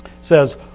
says